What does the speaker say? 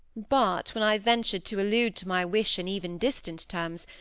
but when i ventured to allude to my wish in even distant terms,